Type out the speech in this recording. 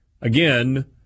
Again